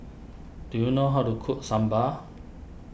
do you know how to cook Sambar